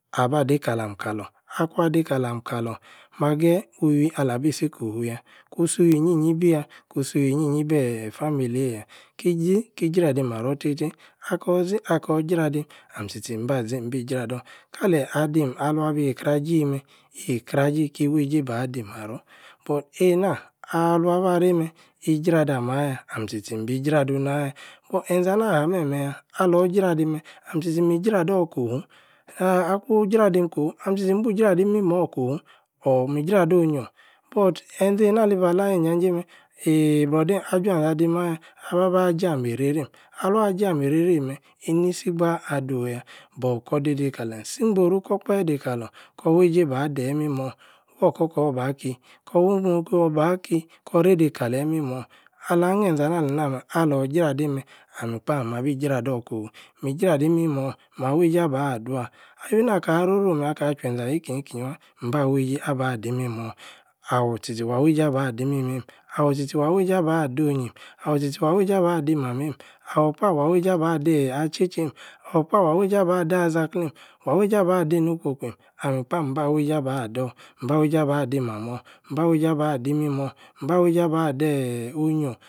aba-deī-kalam-kalor. akwan-dei kalam-kalor. mah-geyi-uwuī alabi-si kofu-yah. ku-su-wuí nyi-nyi bî-yah. kusuwuī-nyi-nyi bēeeh i-famileyi-yah ki-ȝi. ki-jradi-ma-ror. tei-teī. akah-ȝi. akor-jradim. ahm. tchi-tchi mbah-ȝi. nbī-jrador. kali-adim-aluan bī-krajiyi meh. ikraji. ki-wei-jei ba-di-maror. but eina. aaah lvan-ba rei-meh. ijradim-meh. alm tchi-tchi. mī-jrador kowu aaeh akun-jradim kowu. ahm tchī-tchī bu-jradi-imimor kowu or mī-jrado onyior. but-enȝei-na ali-ba-la-yī-nj̄a-j̄eī meh. iiio-brother-eim ajwuan-ȝeh adim-ayah. ba-ba-jameī-reī-rīm. alvan j̄a-meī reī-rim. meh. inisi-gba adowu-yah. but kor dei-dei kalem. si-ingboru-kor-okpabe deī-kalor. kor weīje. bah-deyī-mimor. wokor-kor-ba-kíyi. kor-wu-morgor-bah-kiyi. kor-reī-deī kaleyi-imimor. alah-hne-ȝen-anah-inameh. alor-jradim-meh. ahm-kpa mabi-jrador-kowu. mi-jradi-mimor. ma-wueīje abah-dua. eveni-aka-rorum-yah. aka-chwuenȝe ayi-kinyi-ki-nyi-wah. mbah-wueijē abaH-di-mimor. awor tchi-tchi wah-wueij̀ē aba-di-mimeīm. awor tchi-tchi. wah wueîje-abah doh-onyim. awor tchi-tchi wah wuije-abah di-mameīm. awor-kpah wah-wueije abah dii-eeh ah-tchi-tcheim awor-kpa wah wuij̀ē-abah dā-ali ȝakleim. wah wueij̀ē abah deeh-einokwokwim. ahm-kpa bah wueije abah-dor. mba-wueije abah dii-mamor. mbah-wueije abah di-imimor. mba-wueije abah deeeh onyuor.